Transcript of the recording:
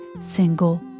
single